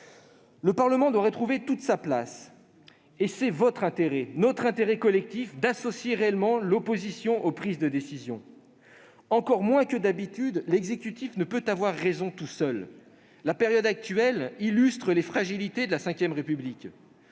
Le Parlement doit retrouver toute sa place. Il est dans votre intérêt, dans notre intérêt collectif, d'associer réellement l'opposition aux prises de décisions. Encore moins que d'habitude, l'exécutif ne peut avoir raison tout seul. La période actuelle illustre les fragilités de la VRépublique.